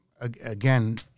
Again